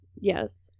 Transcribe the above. Yes